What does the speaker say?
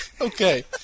Okay